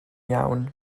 iawn